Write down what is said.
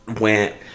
went